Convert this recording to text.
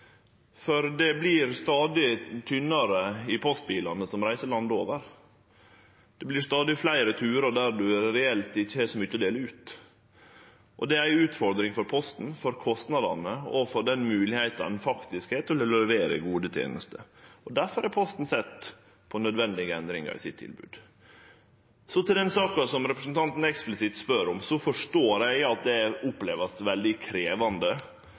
for det vert stadig tynnare i postbilane som reiser landet over, det vert stadig fleire turar der ein reelt ikkje har så mykje å dele ut. Det er ei utfordring for Posten, for kostnadene og for den moglegheita ein faktisk har til å levere gode tenester. Difor har Posten sett på nødvendige endringar i tilbodet sitt. Til den saka som representanten eksplisitt spør om: Eg forstår at ein opplever det veldig krevjande